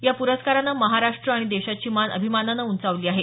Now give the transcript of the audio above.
या प्रस्कारानं महाराष्ट्र आणि देशाची मान अभिमानानं उंचावली आहे